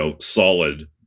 solid